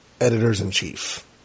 editors-in-chief